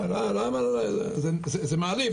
זה מעליב.